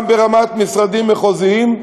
גם ברמת המשרדים המחוזיים,